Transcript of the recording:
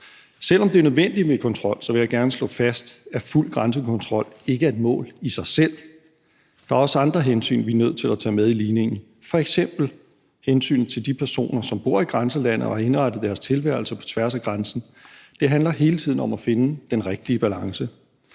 Selv om det er nødvendigt med kontrol, vil jeg gerne slå fast, at fuld grænsekontrol ikke er et mål i sig selv. Der er også andre hensyn, vi er nødt til at tage med i ligningen, f.eks. hensynet til de personer, som bor i grænselandet og har indrettet deres tilværelse på tværs af grænsen. Det handler hele tiden om at finde den rigtige balance.